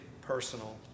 personal